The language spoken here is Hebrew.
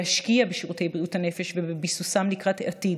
להשקיע בשירותי בריאות הנפש ובביסוסם לקראת העתיד.